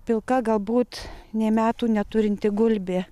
pilka galbūt nė metų neturinti gulbė